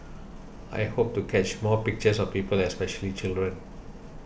I hope to catch more pictures of people especially children